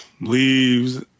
leaves